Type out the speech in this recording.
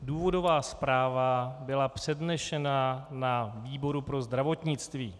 Důvodová zpráva byla přednesena na výboru pro zdravotnictví.